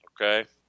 Okay